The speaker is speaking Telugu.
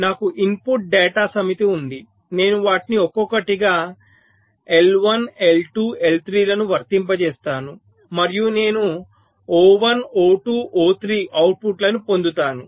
నాకు ఇన్పుట్ డేటా సమితి ఉంది నేను వాటిని ఒక్కొక్కటిగా I1 I2 I3 లను వర్తింపజేస్తాను మరియు నేను O1 O2 O3 అవుట్పుట్లను పొందుతాను